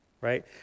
right